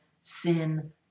sin